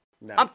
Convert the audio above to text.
No